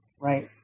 right